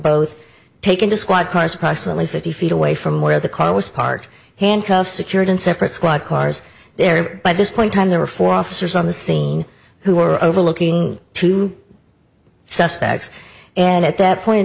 both taken to squad cars approximately fifty feet away from where the car was parked handcuffs secured in separate squad cars there by this point time there were four officers on the scene who were overlooking two suspects and at that point in